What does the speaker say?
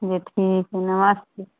ठीक हइ नमस्ते